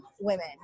women